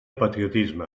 patriotisme